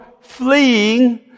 fleeing